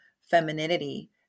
femininity